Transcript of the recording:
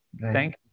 Thank